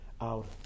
out